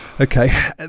Okay